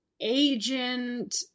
agent